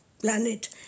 Planet